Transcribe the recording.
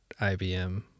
IBM